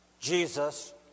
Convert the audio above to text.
Jesus